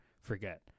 forget